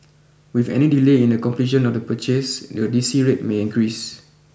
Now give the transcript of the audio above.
with any delay in the completion of the purchase the D C rate may increase